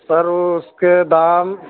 سر اس کے دام